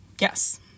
yes